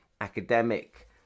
academic